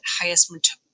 highest